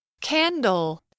candle